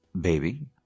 Baby